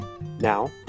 Now